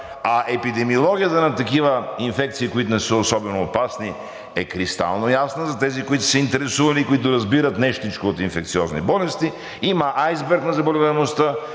А епидемиологията на такива инфекции, които не са особено опасни, е кристално ясна за тези, които са се интересували и които разбират нещичко от инфекциозни болести. Има айсберг на заболеваемостта